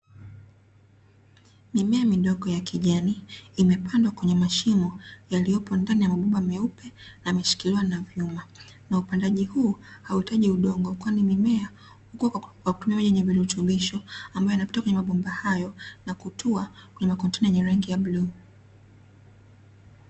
Mimea midogo ya kijani imepandwa kwenye mashimo yaliyopo ndani ya mabomba meupe yameshikiliwa na vyuma. Na upandaji huu hauhitaji udongo kwani mimea hukua kwa kutumia maji yenye virutubisho ambayo yanapita kwenye mabomba hayo na kutua kwenye makontena yenye rangi ya bluu.